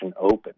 open